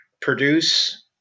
produce